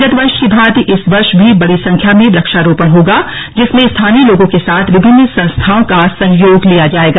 विगत वर्ष की भॉति इस वर्ष भी बड़ी संख्या में वृक्षारोपण होगा जिसमें स्थानीय लोगों के साथ विभिन्न संस्थाओं का सहयोग लिया जायेगा